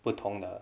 不同的